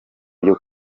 byo